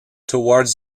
towards